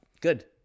good